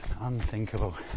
Unthinkable